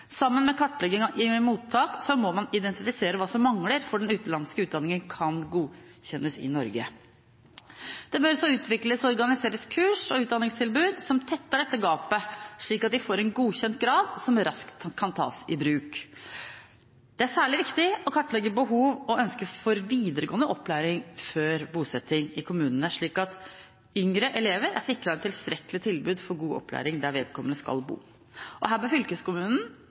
Sammen med kartlegging i mottak må man identifisere hva som mangler for at den utenlandske utdanningen kan godkjennes i Norge. Det bør så utvikles og organiseres kurs- og utdanningstilbud som tetter dette gapet, slik at de får en godkjent grad som raskt kan tas i bruk. Det er særlig viktig å kartlegge behov og ønsker for videregående opplæring før bosetting i kommunene, slik at yngre elever er sikret et tilstrekkelig tilbud for god opplæring der vedkommende skal bo. Her bør fylkeskommunen